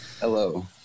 Hello